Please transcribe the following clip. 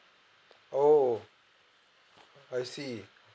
oh I see